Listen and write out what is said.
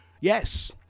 Yes